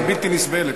היא בלתי נסבלת,